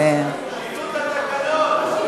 שידעו את התקנון.